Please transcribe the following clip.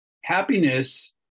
Happiness